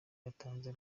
yatanze